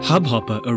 Hubhopper